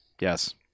yes